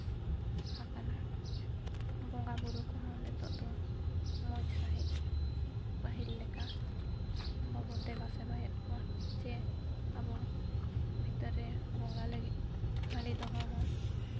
ᱟᱠᱟᱱᱟ ᱵᱚᱸᱜᱟᱼᱵᱳᱨᱳ ᱠᱚᱦᱚᱸ ᱱᱤᱛᱚᱜ ᱫᱚ ᱢᱚᱡᱽ ᱥᱟᱺᱦᱤᱡ ᱯᱟᱹᱦᱤᱞ ᱞᱮᱠᱟ ᱵᱟᱵᱚᱱ ᱫᱮᱵᱟ ᱥᱮᱵᱟᱭᱮᱫ ᱠᱚᱣᱟ ᱪᱮ ᱟᱵᱚ ᱵᱷᱤᱛᱟᱹᱨ ᱨᱮ ᱵᱚᱸᱜᱟ ᱞᱟᱹᱜᱤᱫ ᱦᱟᱺᱰᱤ ᱫᱚᱦᱚ ᱦᱚᱸ